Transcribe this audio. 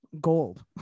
gold